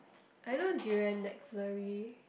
I love durian McFlurry